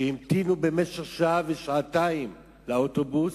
שהמתינו במשך שעה ושעתיים לאוטובוס,